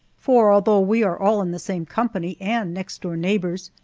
for, although we are all in the same company and next-door neighbors,